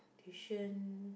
tuition